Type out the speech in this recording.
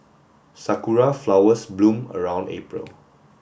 sakura flowers bloom around April